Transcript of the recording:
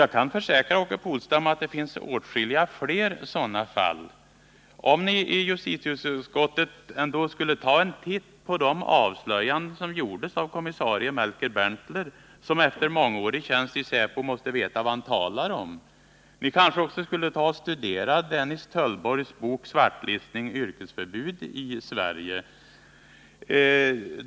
Jag kan försäkra Åke Polstam om att det finns åtskilligt fler sådana fall. Om ni i justitieutskottet skulle titta på de avslöjanden som gjordes av poliskommissarie Melker Berntler, som efter mångårig tjänst i säpo ändå måste veta vad han talar om. Ni kanske också skulle studera Dennis Töllborgs bok om svartlistning och yrkesförbud i Sverige.